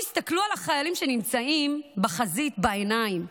שיסתכלו על החיילים שנמצאים בחזית בעיניים.